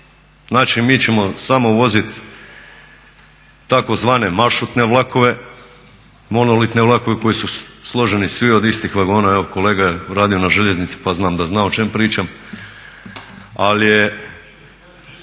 Znači mi ćemo samo vozit tzv. mašutne vlakove, monolitne vlakove koji su složeni svi od istih vagona, evo kolega je radio na željeznici pa znam da zna o čemu pričam,